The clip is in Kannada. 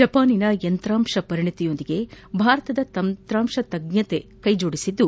ಜಪಾನಿನ ಯಂತ್ರಾಂಶ ಪರಿಣತಿಯೊಂದಿಗೆ ಭಾರತದ ತಂತ್ರಾಂಶ ತಜ್ಞತೆ ಕೈಜೋಡಿಸಿದ್ದು